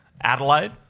Adelaide